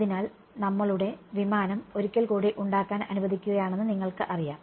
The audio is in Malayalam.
അതിനാൽ നമ്മളുടെ വിമാനം ഒരിക്കൽ കൂടി ഉണ്ടാക്കാൻ അനുവദിക്കുകയാണെന്ന് നിങ്ങൾക്കറിയാം